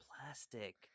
plastic